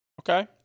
Okay